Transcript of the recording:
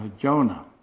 Jonah